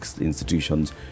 institutions